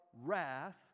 wrath